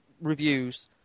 reviews